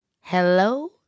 Hello